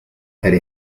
era